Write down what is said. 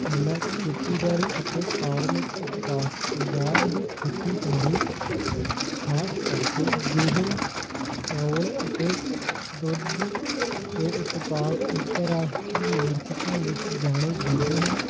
ਪਹਿਲਾ ਖੇਤੀਬਾੜੀ ਅਤੇ ਫਾਰਮਿਕ ਉਤਪਾਤ ਪੰਜਾਬ ਦੀ ਖੇਤੀਬਾੜੀ ਅਤੇ ਖ਼ਾਸ ਕਰਕੇ ਗੇਹੂੰ ਚੌਲ ਅਤੇ ਦੁੱਧ ਦੇ ਉਤਪਾਤ ਅੰਤਰਰਾਸ਼ਟਰੀ ਮਾਰਕੀਟਾਂ ਵਿੱਚ ਜਾਣੇ ਜਾਂਦੇ ਹਨ